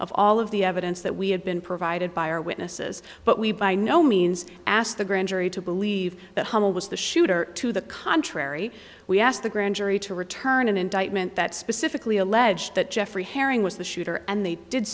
of all of the evidence that we had been provided by our witnesses but we by no means asked the grand jury to believe that hummel was the shooter to the contrary we asked the grand jury to return an indictment that specifically allege that jeffrey herring was the shooter and they did